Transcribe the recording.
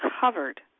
covered